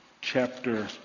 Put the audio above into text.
Chapter